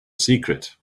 secret